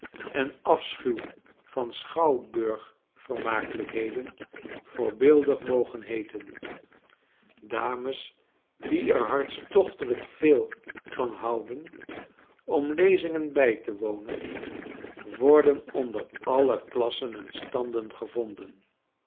en afschuw van schouwburg vermakelykheden voorbeeldig mogen heeten dames die er hartstochtelijk veel van houden om lezingen bij te wonen worden onder alle klassen en standen gevonden